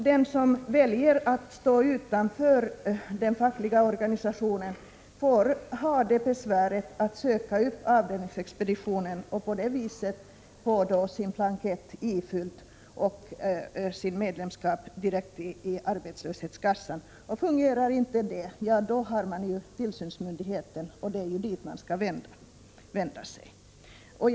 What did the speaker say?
Den som väljer att stå utanför den fackliga organisationen måste göra sig besväret att söka upp avdelningsexpeditionen, få sin blankett ifylld och få medlemskap direkt i arbetslöshetskassan. Om inte det fungerar finns tillsynsmyndigheten, som man skall vända sig till.